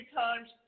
times